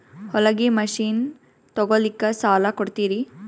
ಹೊಲಗಿ ಮಷಿನ್ ತೊಗೊಲಿಕ್ಕ ಸಾಲಾ ಕೊಡ್ತಿರಿ?